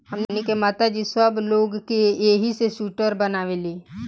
हमनी के माता जी सब लोग के एही से सूटर बनावेली